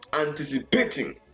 anticipating